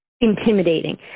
intimidating